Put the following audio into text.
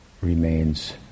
remains